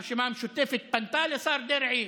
הרשימה המשותפת פנתה לשר דרעי